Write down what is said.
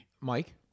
Mike